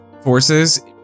forces